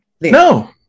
No